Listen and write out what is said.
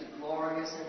glorious